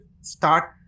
start